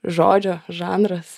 žodžio žanras